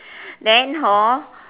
then hor